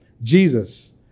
Jesus